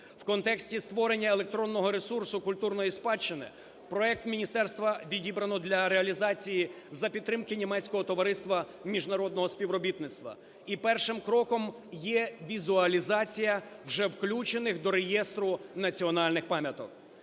В контексті створення електронного ресурсу культурної спадщини проект міністерства відібрано для реалізації за підтримки німецького товариства міжнародного співробітництва, і першим кроком є візуалізація вже включених до реєстру національних пам'яток.